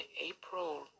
April